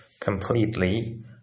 completely